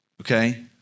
Okay